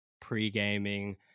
pre-gaming